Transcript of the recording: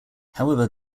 however